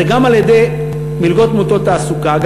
אז זה גם על-ידי מלגות מוטות תעסוקה,